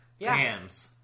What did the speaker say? Hams